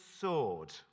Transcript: sword